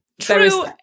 True